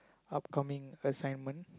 upcoming assignment